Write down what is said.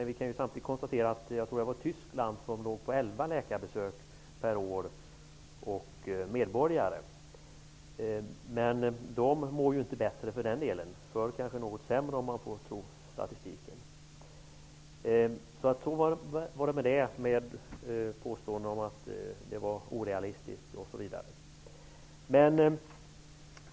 Vi kan samtidigt konstatera att man i Tyskland gör 11 besök per medborgare och år. Trots det mår inte tyskarna bättre. De mår kanske något sämre om man får tro statistiken. Så var det med de påståenden som statsrådet ansåg vara orealistiska.